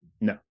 No